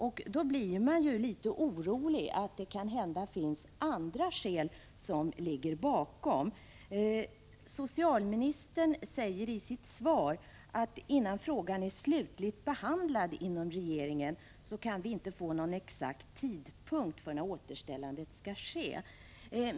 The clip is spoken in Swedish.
Därför blir jag litet orolig över att det kanske är andra skäl som ligger bakom det förhållandet att ingenting görs. Socialministern säger i sitt svar att innan frågan är slutligt behandlad inom regeringen kan vi inte få besked om någon exakt tidpunkt när återställande kan ske.